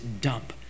dump